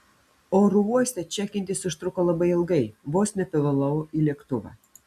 oro uoste čekintis užtruko labai ilgai vos nepavėlavau į lėktuvą